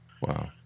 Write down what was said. Wow